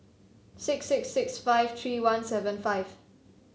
six six six five three one seven five